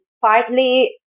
partly